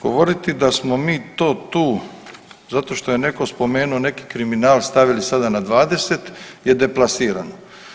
Govoriti da smo mi to tu zato što je netko spomenuo neki kriminal, stavili sada na 20 je deplasirano.